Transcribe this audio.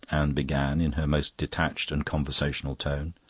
anne began in her most detached and conversational tone.